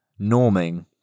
norming